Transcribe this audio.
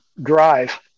drive